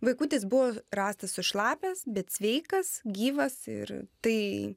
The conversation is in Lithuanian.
vaikutis buvo rastas sušlapęs bet sveikas gyvas ir tai